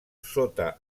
sota